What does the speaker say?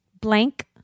blank